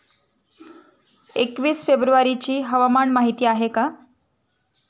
एकवीस फेब्रुवारीची हवामान माहिती आहे का?